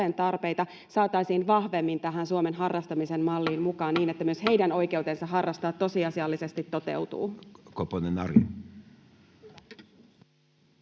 tarpeita, saataisiin vahvemmin tähän Suomen harrastamisen malliin mukaan, niin että myös heidän oikeutensa harrastaa tosiasiallisesti toteutuu?